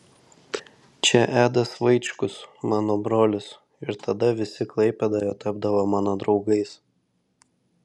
čia edas vaičkus mano brolis ir tada visi klaipėdoje tapdavo mano draugais